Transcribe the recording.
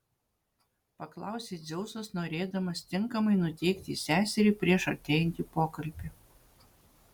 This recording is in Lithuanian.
paklausė dzeusas norėdamas tinkamai nuteikti seserį prieš artėjantį pokalbį